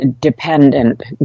dependent